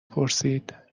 پرسید